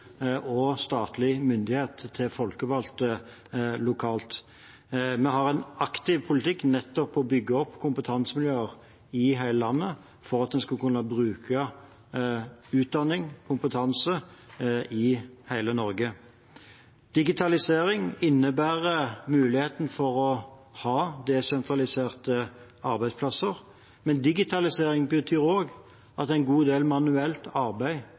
og statlig myndighet til folkevalgte lokalt. Vi har en aktiv politikk nettopp for å bygge opp kompetansemiljøer i hele landet for at en skal kunne bruke utdanning, kompetanse, i hele Norge. Digitalisering innebærer muligheten for å ha desentraliserte arbeidsplasser, men digitalisering betyr også at en god del manuelt arbeid